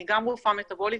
אני גם רופאה מטבולית,